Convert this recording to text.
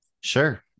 Sure